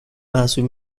محسوب